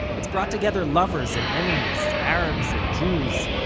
it's brought together lovers and enemies, arabs and jews,